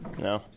No